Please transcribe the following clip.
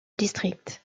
district